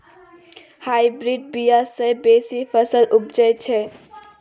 hybrid बीया सँ बेसी फसल उपजै छै